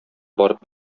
барып